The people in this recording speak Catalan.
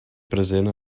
present